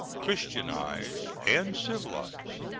christianized, and civilized.